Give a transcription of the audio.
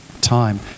time